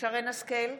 שרן מרים השכל,